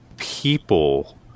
people